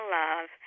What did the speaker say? love